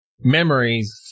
memories